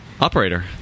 Operator